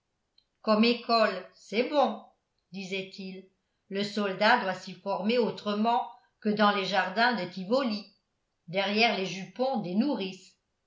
comme école c'est bon disait-il le soldat doit s'y former autrement que dans les jardins de tivoli derrière les jupons des nourrices